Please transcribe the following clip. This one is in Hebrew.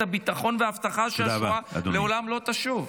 הביטחון וההבטחה שהשואה לעולם לא תשוב.